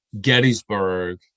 Gettysburg